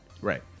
Right